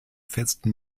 festen